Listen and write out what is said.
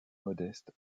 modeste